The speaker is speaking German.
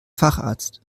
facharzt